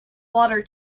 water